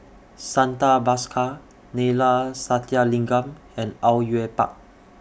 Santha Bhaskar Neila Sathyalingam and Au Yue Pak